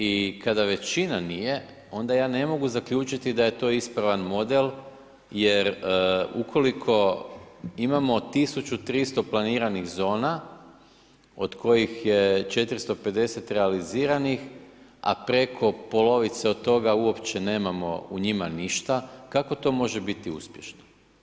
I kada većina nije onda ja ne mogu zaključiti da je to ispravan model jer ukoliko imamo 1300 planiranih zona od kojih je 450 realiziranih, a preko polovice od toga uopće nemamo u njima ništa, kako to može biti uspješno?